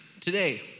today